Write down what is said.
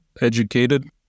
educated